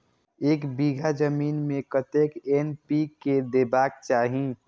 एक बिघा जमीन में कतेक एन.पी.के देबाक चाही?